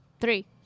Three